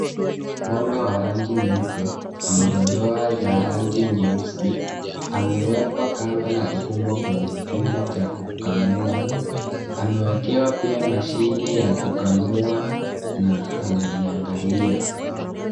Ng'ombe wa rangi nyeupe na madoadoa ya rangi nyeusi amewekwa kamba na kufungwa kwenye chumba cha kukamua. Amewekewa pia mashine ya kukamua na anaiangalia.